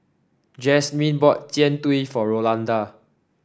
Jazmyn bought Jian Dui for Rolanda